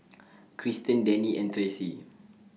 Krysten Denny and Tracy